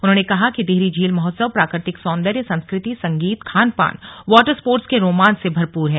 उन्होंने कहा कि टिहरी झील महोत्सव प्राकृतिक सौंदर्य संस्कृति संगीत खानपान वाटर स्पोर्ट्स के रोमांच से भरपूर है